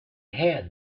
had